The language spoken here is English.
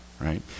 Right